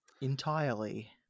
entirely